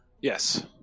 Yes